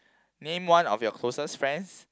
name one of your closest friends